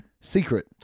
secret